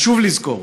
חשוב לזכור